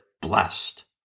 blessed